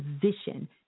position